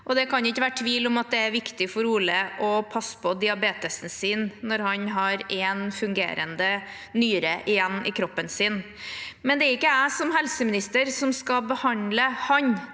Det kan ikke være noen tvil om at det er viktig for Ole å passe på diabetessykdommen sin når han har bare én fungerende nyre igjen i kroppen, men det er ikke jeg som helseminister som skal behandle ham.